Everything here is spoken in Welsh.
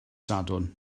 sadwrn